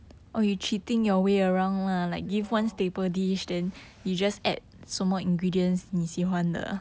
对 lor